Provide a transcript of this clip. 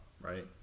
right